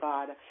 God